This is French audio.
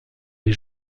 des